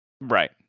Right